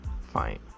Fine